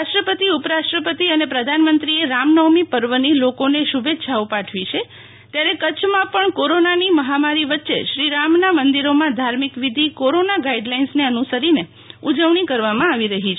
રાષ્ટ્રપતિ ઉપરાષ્ટ્રપતિ અને પ્રધાનમંત્રીએ રામનવમી પર્વની લોકોને શુભેચ્છાઓ પાઠવી છે ત્યારે કચ્છમાં પણ કોરોનાની મહામારી વચ્ચે શ્રી રામના મંદિરોમાં ધાર્મીકવિધી કોરોના ગાઈડલાઈન્સને અનુસરીને ઉજવણી કરવામાં આવી રહી છે